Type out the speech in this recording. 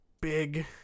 big